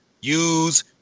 use